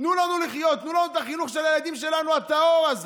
תנו לנו לחיות, תנו לנו את החינוך הטהור הזה